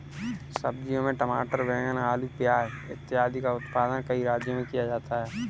सब्जियों में टमाटर, बैंगन, आलू, प्याज इत्यादि का उत्पादन कई राज्यों में किया जाता है